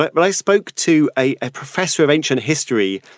but but i spoke to a professor of ancient history.